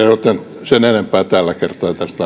joten sen enempää tällä kertaa ei tästä